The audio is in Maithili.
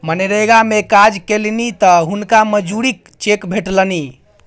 मनरेगा मे काज केलनि तँ हुनका मजूरीक चेक भेटलनि